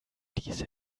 diese